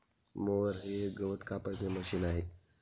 mower हे एक गवत कापायचे मशीन आहे